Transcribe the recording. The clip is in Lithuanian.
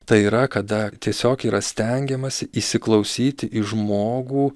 tai yra kada tiesiog yra stengiamasi įsiklausyti į žmogų